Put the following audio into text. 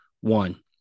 one